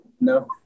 no